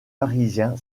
parisien